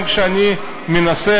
גם כשאני מנסה,